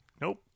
Nope